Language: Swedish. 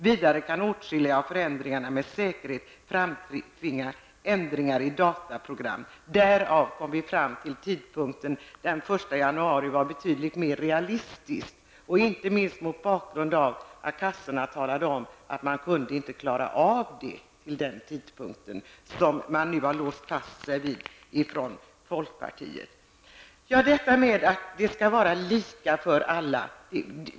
Vidare kan åtskilliga av förändringarna med säkerhet framtvinga ändringar i dataprogram.'' Därav kom vi fram till att den 1 januari 1992 var mera realistisk, inte minst därför att kassorna talade om att man inte skulle kunna klara av det till den 1 juli 1991, som folkpartiet nu har låst sig fast vid. Det skall vara lika för alla.